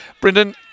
Brendan